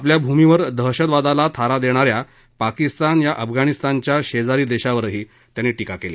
आपल्या भूमीवर दहशतवादाला थारा देणा या पाकिस्तान या अफगाणिस्तानच्या शेजारी देशावरही त्यांनी टीका केली